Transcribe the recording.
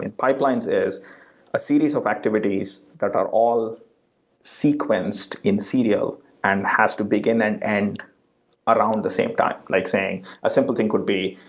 and pipelines is a series of activities that are all sequenced in serial and has to begin and end around the same time. like say, a simple thing could be,